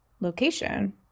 location